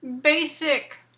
basic